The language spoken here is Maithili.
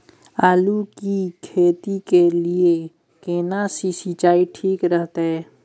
आलू की खेती के लिये केना सी सिंचाई ठीक रहतै?